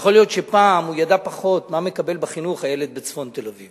יכול להיות שפעם הוא ידע פחות מה מקבל בחינוך הילד בצפון תל-אביב